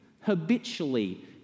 habitually